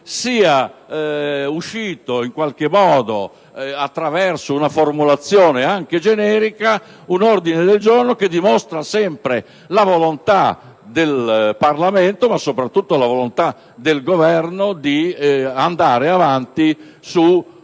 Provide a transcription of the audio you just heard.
sia uscito in qualche modo, attraverso una formulazione anche generica, un ordine del giorno che dimostra comunque la volontà del Parlamento, ma soprattutto la volontà del Governo, di andare avanti sull'istituzione